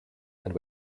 and